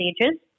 stages